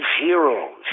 Heroes